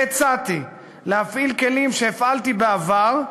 והצעתי להפעיל כלים שהפעלתי בעבר,